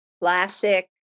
classic